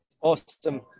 Awesome